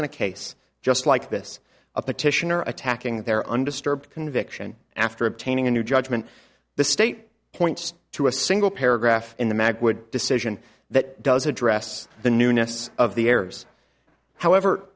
in a case just like this a petitioner attacking their undisturbed conviction after obtaining a new judgment the state points to a single paragraph in the mag would decision that does address the newness of the errors however